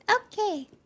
Okay